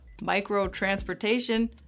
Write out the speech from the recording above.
micro-transportation